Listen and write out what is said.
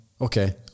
Okay